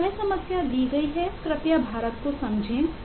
आपको वह समस्या दी गई है कृपया भारत को समझें